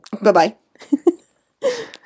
Bye-bye